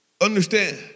understand